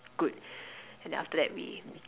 good and then after that we